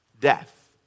death